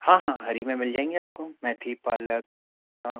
हाँ हाँ हरी में मिल जाएँगी आपको मेथी पालक हाँ